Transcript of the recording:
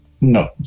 no